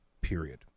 period